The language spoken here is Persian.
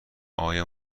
ایا